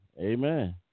Amen